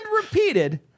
repeated